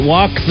Walk